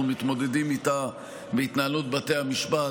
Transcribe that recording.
מתמודדים איתה בהתנהלות בתי המשפט,